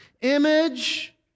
Image